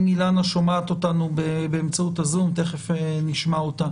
אם אילנה שומעת אותנו באמצעות הזום תכף נשמע אותה